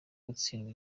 gutsindwa